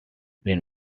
been